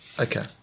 Okay